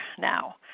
now